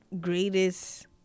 greatest